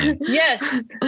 Yes